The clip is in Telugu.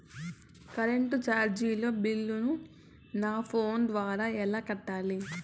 కరెంటు చార్జీల బిల్లును, నా ఫోను ద్వారా ఎలా కట్టాలి?